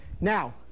Now